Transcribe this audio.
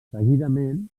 seguidament